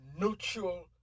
neutral